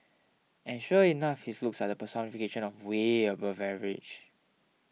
and sure enough his looks are the personification of way above average